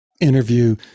interview